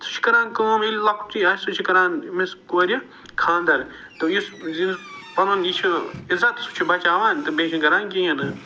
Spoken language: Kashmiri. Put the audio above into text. سُہ چھُ کَران کٲم ییٚلہِ لوکچی آسہِ سُہ چھُ کَران أمِس کورِ خانٛدر تہٕ یُس زِ پنُن یہِ چھُ عزت سُہ چھُ بچاوان تہٕ بیٚیہِ چھِنہٕ کَران کِہیٖنۍ نہٕ